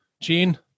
Gene